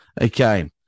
Okay